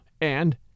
and